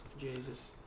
Jesus